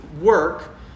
work